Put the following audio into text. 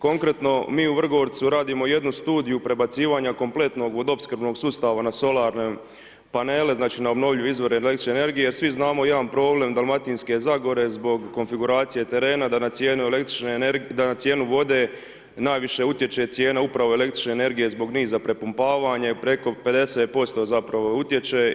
Konkretno mi u Vrgorcu radimo jednu studiju prebacivanja kompletnog vodoopskrbnog sustava na solarne panele, znači na obnovljive izvore električni energije jer svi znamo jedan problem Dalmatinske zagore zbog konfiguracije terena da na cijenu električne energije, da na cijenu vode najviše utječe i cijena upravo električne energije zbog niza prepumpavanja i preko 50% zapravo utječe.